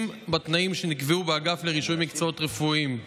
בתנאים שנקבעו באגף לרישוי מקצועות רפואיים.